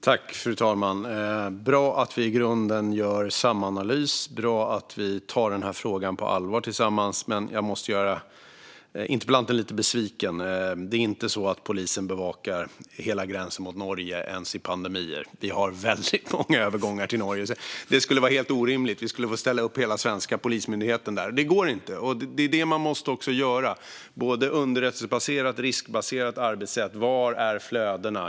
Fru talman! Det är bra att vi i grunden gör samma analys och tar den här frågan på allvar. Jag måste dock göra interpellanten lite besviken: Det är inte så att polisen bevakar hela gränsen mot Norge ens i pandemier. Vi har väldigt många övergångar till Norge, så det skulle vara helt orimligt - vi skulle få ställa upp hela den svenska polismyndigheten där, och det går inte. Därför måste man ha ett underrättelsebaserat och riskbaserat arbetssätt. Var är flödena?